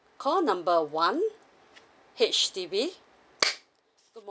call number one H_D_B good